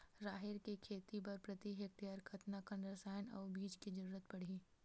राहेर के खेती बर प्रति हेक्टेयर कतका कन रसायन अउ बीज के जरूरत पड़ही?